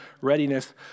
readiness